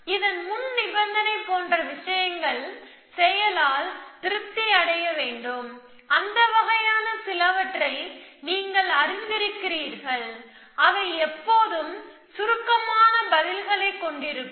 இதன் முன்நிபந்தனை போன்ற விஷயங்கள் செயலால் திருப்தி அடைய வேண்டும் அந்த வகையான சிலவற்றை நீங்கள் அறிந்திருக்கிறீர்கள் அவை எப்போதும் சுருக்கமான பதில்களை கொண்டிருக்கும்